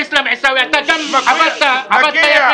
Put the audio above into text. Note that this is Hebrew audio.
תיסלם, עיסאווי, אתה גם עבדת יפה.